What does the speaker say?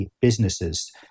businesses